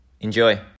Enjoy